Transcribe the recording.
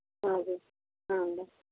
అదే మేడం